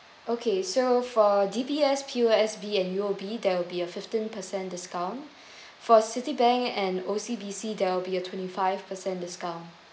okay so for D_B_S P_O_S_B and U_O_B there will be a fifteen percent discount for Citibank and O_C_B_C there will be a twenty-five percent discount